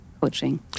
coaching